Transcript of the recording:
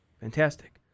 fantastic